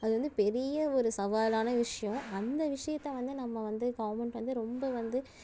அது வந்து பெரிய ஒரு சவாலான விஷயோம் அந்த விஷயத்தை வந்து நம்ம வந்து கவர்மெண்ட் வந்து ரொம்ப வந்து